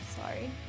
Sorry